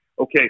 okay